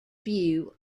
view